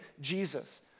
Jesus